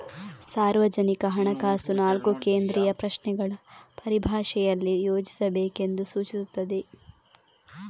ಸಾರ್ವಜನಿಕ ಹಣಕಾಸು ನಾಲ್ಕು ಕೇಂದ್ರೀಯ ಪ್ರಶ್ನೆಗಳ ಪರಿಭಾಷೆಯಲ್ಲಿ ಯೋಚಿಸಬೇಕೆಂದು ಸೂಚಿಸುತ್ತದೆ